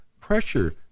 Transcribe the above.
pressure